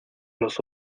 los